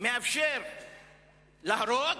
מאפשר להרוג,